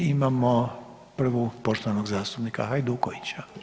Imao prvu poštovanog zastupnika Hajdukovića.